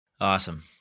Awesome